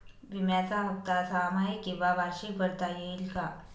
विम्याचा हफ्ता सहामाही किंवा वार्षिक भरता येईल का?